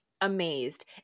amazed